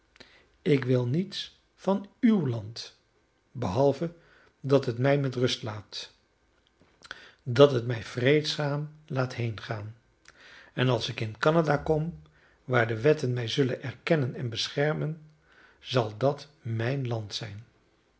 ik wil niets van uw land behalve dat het mij met rust laat dat het mij vreedzaam laat heengaan en als ik in canada kom waar de wetten mij zullen erkennen en beschermen zal dat mijn land zijn